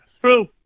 True